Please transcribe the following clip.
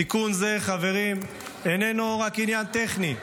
תיקון זה, חברים, איננו רק עניין טכני.